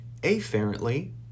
Afferently